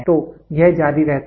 तो यह जारी रहता है